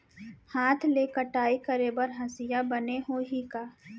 हाथ ले कटाई करे बर हसिया बने होही का?